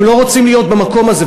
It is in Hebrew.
הם לא רוצים להיות במקום הזה.